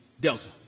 Delta